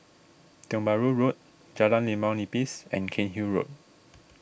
Tiong Bahru Road Jalan Limau Nipis and Cairnhill Road